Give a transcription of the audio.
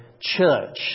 church